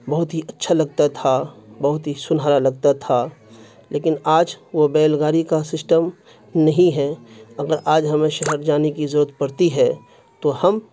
بہت ہی اچھا لگتا تھا بہت ہی سنہرا لگتا تھا لیکن آج وہ بیل گاری کا سسٹم نہیں ہے اگر آج ہمیں شہر جانے کی ضرورت پڑتی ہے تو ہم